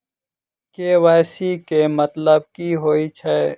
KYC केँ मतलब की होइ छै?